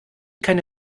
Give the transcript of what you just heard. keine